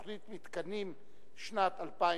תוכנית "מתקנים 2020"